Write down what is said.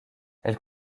elle